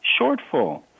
shortfall